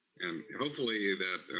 and hopefully that there